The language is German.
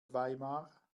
weimar